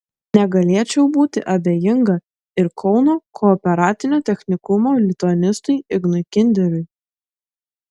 negalėčiau būti abejinga ir kauno kooperatinio technikumo lituanistui ignui kinderiui